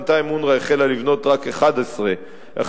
בינתיים אונר"א החלה לבנות רק 11 מהם.